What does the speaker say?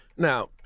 Now